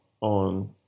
on